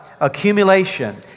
accumulation